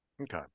Okay